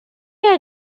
are